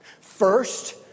First